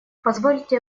позвольте